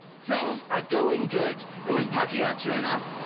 things are going good and when pakeha turn up,